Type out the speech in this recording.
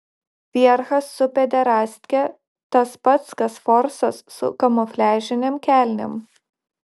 vierchas su pederastke tas pats kas forsas su kamufliažinėm kelnėm